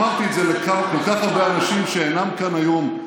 אמרתי את זה לכל כך הרבה אנשים שאינם כאן היום,